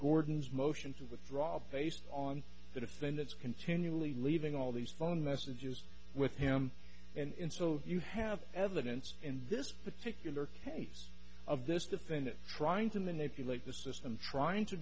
gordon's motion to withdraw based on the defendant's continually leaving all these phone messages with him and so you have evidence in this particular case of this defendant trying to manipulate the system trying to